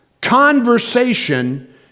conversation